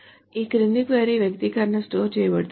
ఈ క్రింది క్వరీ వ్యక్తీకరణ స్టోర్ చేయబడుతుంది